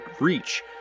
reach